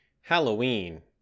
Halloween